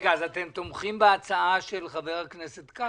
אז אתם תומכים בהצעה ש לחבר הכנסת כץ.